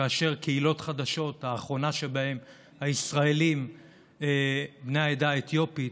כאשר קהילות חדשות, האחרונה שבהן היא הישראלים בני העדה האתיופית,